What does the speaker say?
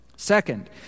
Second